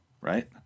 right